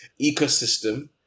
ecosystem